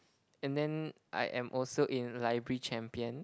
and then I am also in library champions